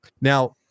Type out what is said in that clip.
now